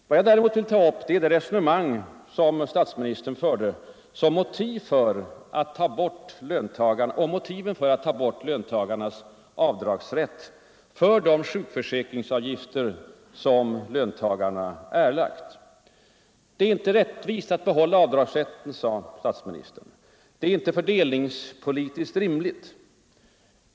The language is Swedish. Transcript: Vad jag däremot vill ta upp är det resonemang som statsministern förde om motiven för att ta bort löntagarnas rätt till avdrag för de sjukförsäkringsavgifter som löntagarna har erlagt Det är inte rättvist att behålla avdragsrätten, sade statsministern. Det är inte fördelningspolitiskt rimligt.